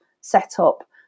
setup